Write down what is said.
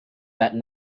that